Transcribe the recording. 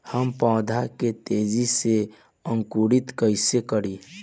हम पेड़ के तेजी से अंकुरित कईसे करि?